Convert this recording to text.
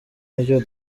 nicyo